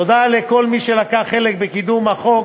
תודה לכל מי שלקח חלק בקידום החוק,